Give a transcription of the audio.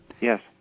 Yes